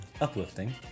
uplifting